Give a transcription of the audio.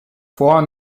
vor